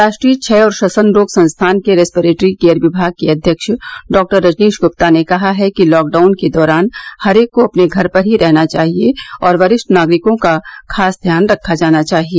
राष्ट्रीय क्षय और श्वसन रोग संस्थान के रेस्पिरेटरी केयर विभाग के अध्यक्ष डॉ रजनीश गुप्ता ने कहा है कि लॉकडाउन के दौरान हरेक को अपने घर पर ही रहना चाहिए और वरिष्ठ नागरिकों का खास ध्यान रखा जाना चाहिए